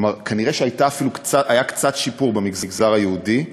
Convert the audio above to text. כלומר, כנראה היה קצת שיפור במגזר היהודי,